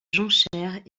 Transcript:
jonchère